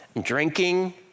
drinking